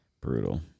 brutal